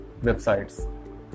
websites